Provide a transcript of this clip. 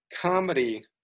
comedy